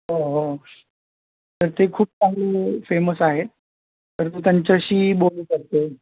हो हो तर ते खूप चांगले फेमस आहेत तर त्यांच्याशी बोलू शकतेस